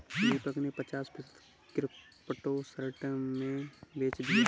दीपक ने पचास फीसद क्रिप्टो शॉर्ट में बेच दिया